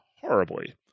horribly